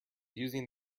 using